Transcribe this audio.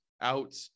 out